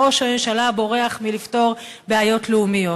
ראש הממשלה בורח מלפתור בעיות לאומיות.